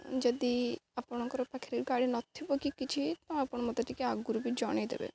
ଯଦି ଆପଣଙ୍କର ପାଖରେ ଗାଡ଼ି ନଥିବ କି କିଛି ତ ଆପଣ ମୋତେ ଟିକେ ଆଗରୁ ବି ଜଣାଇଦେବେ